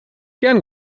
gern